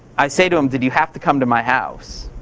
i say to him, did you have to come to my house?